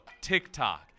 TikTok